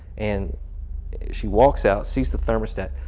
and she walks out sees the thermostat,